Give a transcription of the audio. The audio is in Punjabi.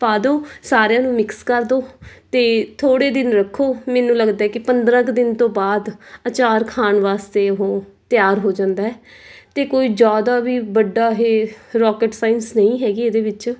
ਪਾ ਦਿਓ ਸਾਰਿਆਂ ਨੂੰ ਮਿਕਸ ਕਰ ਦਿਓ ਅਤੇ ਥੋੜ੍ਹੇ ਦਿਨ ਰੱਖੋ ਮੈਨੂੰ ਲੱਗਦਾ ਕਿ ਪੰਦਰਾਂ ਕੁ ਦਿਨ ਤੋਂ ਬਾਅਦ ਅਚਾਰ ਖਾਣ ਵਾਸਤੇ ਉਹ ਤਿਆਰ ਹੋ ਜਾਂਦਾ ਅਤੇ ਕੋਈ ਜ਼ਿਆਦਾ ਵੀ ਵੱਡਾ ਇਹ ਰੋਕਟ ਸਾਇੰਸ ਨਹੀਂ ਹੈਗੀ ਇਹਦੇ ਵਿੱਚ